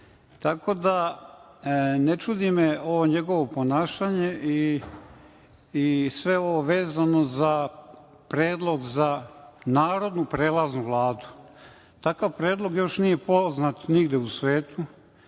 Tako da me ne čudi ovo njegovo ponašanje i sve ovo vezano za predlog za narodnu prelaznu Vladu. Takav predlog još nije poznat nigde u svetu,